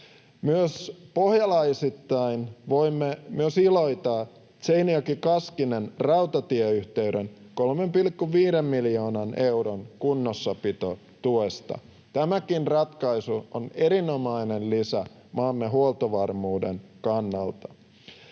Pohjalaisittain voimme myös iloita Seinäjoki—Kaskinen-rautatieyhteyden 3,5 miljoonan euron kunnossapitotuesta. Tämäkin ratkaisu on erinomainen lisä maamme huoltovarmuuden kannalta.